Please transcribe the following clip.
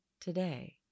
today